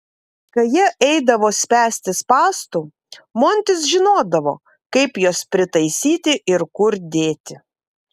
kai jie eidavo spęsti spąstų montis žinodavo kaip juos pritaisyti ir kur dėti